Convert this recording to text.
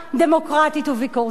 דמוקרטית וביקורתית.